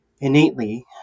innately